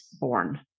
born